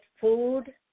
food